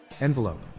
Envelope